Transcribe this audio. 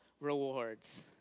rewards